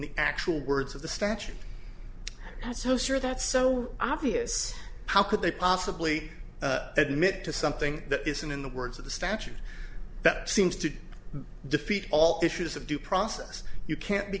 the actual words of the statute so sure that's so obvious how could they possibly admit to something that isn't in the words of the statute that seems to defeat all issues of due process you can't be